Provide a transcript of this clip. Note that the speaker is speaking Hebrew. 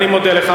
אני מודה לך.